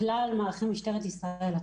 מערכי משטרת ישראל.